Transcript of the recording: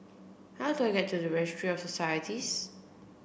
how do I get to Registry of Societies